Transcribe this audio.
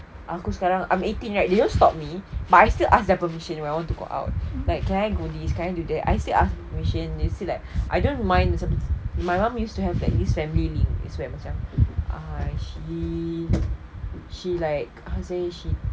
aku sekarang I'm eighteen right you don't stop me but I still ask their permission when I want to go out like can I do this can I do that I still ask permission and they still like I don't mind sometimes my mum used to have this family link like macam ah she she like how to say